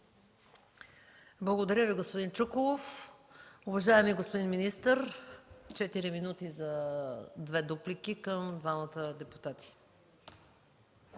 Благодаря Ви, господин Чуколов. Уважаеми господин министър – четири минути за две дуплики към двамата депутати.